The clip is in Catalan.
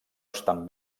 estan